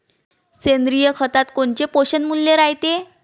सेंद्रिय खतात कोनचे पोषनमूल्य रायते?